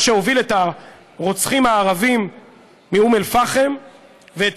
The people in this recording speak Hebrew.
מה שהוביל את הרוצחים הערבים מאום אל פחם ואת